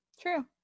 True